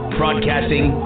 broadcasting